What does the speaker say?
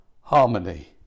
harmony